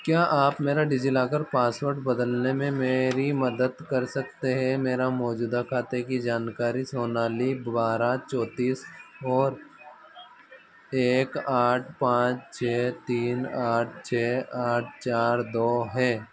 क्या आप मेरा डिजिलॉकर पासवर्ड बदलने में मेरी मदद कर सकते हैं मेरा मौजूदा खाते की जानकारी सोनाली बारह चौतीस और एक आठ पाँच छः तीन आठ छः आठ चार दो है